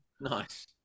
nice